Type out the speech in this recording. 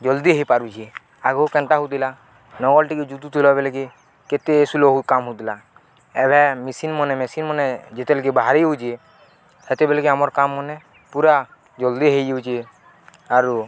ଜଲ୍ଦି ହେଇପାରୁଛେ ଆଗକୁ କେନ୍ତା ହଉଥିଲା ନଙ୍ଗଲ ଟିକେ ଜୁତୁଥିଲା ବେଲକି କେତେ ସ୍ଲୋ କାମ ହଉଥିଲା ଏବେ ମେସିନ୍ ମନେ ମେସିନ୍ ମାନେ ଯେତେବେଲେକି ବାହାରି ଯାଉଛି ସେତେବେଲେକି ଆମର୍ କାମ ମାନେ ପୁରା ଜଲ୍ଦି ହେଇଯାଉଛେ ଆରୁ